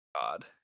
god